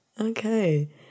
Okay